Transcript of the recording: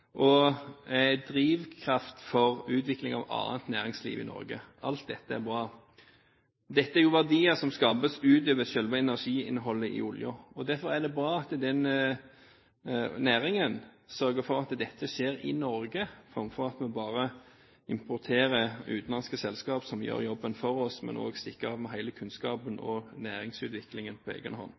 er drivkraft for utvikling av annet næringsliv i Norge. Alt dette er bra. Dette er jo verdier som skapes utover selve energiinnholdet i oljen. Derfor er det bra at denne næringen sørger for at dette skjer i Norge, framfor at vi bare importerer utenlandske selskaper som gjør jobben for oss, og som også stikker av med hele kunnskapen og næringsutviklingen på egen hånd.